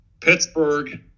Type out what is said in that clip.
Pittsburgh